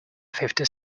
fifty